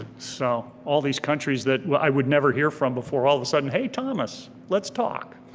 so all these countries that i would never hear from before, all of a sudden, hey thomas, let's talk.